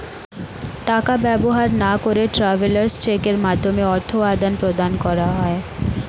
টাকা ব্যবহার না করে ট্রাভেলার্স চেকের মাধ্যমে অর্থ আদান প্রদান করা যায়